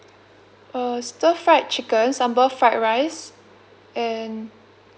uh stir fried chicken sambal fried rice and